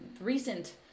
recent